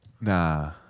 Nah